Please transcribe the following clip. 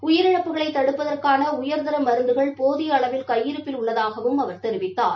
உயிரிழப்புகளை தடுப்பதற்கான உயர்தர மருந்துகள் போதிய அளவில் கையிருப்பில் உள்ளதாகவும் அவர் தெரிவித்தார்